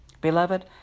Beloved